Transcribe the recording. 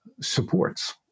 supports